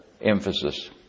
emphasis